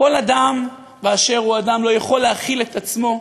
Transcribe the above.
כל אדם באשר הוא, לא יכול להכיל את עצמו,